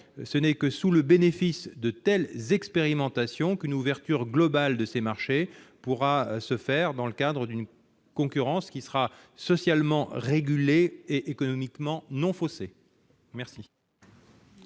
Ce n'est que sous le bénéfice de telles expérimentations qu'une ouverture globale de ces marchés pourra se faire dans le cadre d'une concurrence socialement régulée et économiquement non faussée. Les